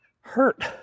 hurt